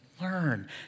learn